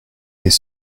des